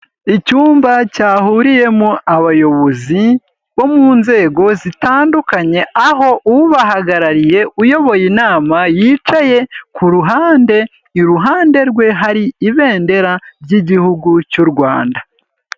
Icyumba cyahuriyemo abayobozi bo mu nzego zitandukanye aho ubahagarariye uyoboye inama yicaye ku ruhande, iruhande rwe hari ibendera ry'igihugu cy'u Rwanda.